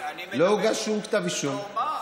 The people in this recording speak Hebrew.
לא הוגש שום כתב אישום.